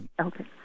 Okay